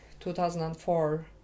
2004